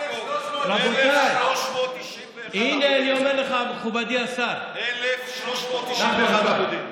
1,391. יעקב, 1,391 עמודים.